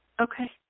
Okay